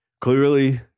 clearly